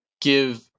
give